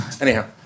Anyhow